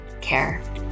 care